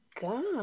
god